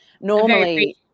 normally